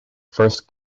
first